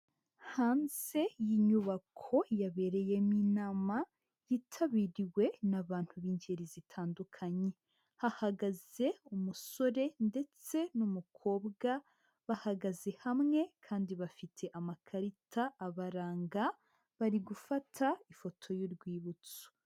Hanze y'inyubako yabereyemo inama yitabiriwe n'abantu b'ingeri zitandukanye, hahagaze umusore ndetse n'umukobwa bahagaze hamwe kandi bafite amakarita abaranga, bari gufata ifoto y'urwibutso.